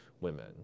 women